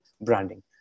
branding